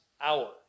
hour